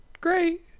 great